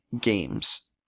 games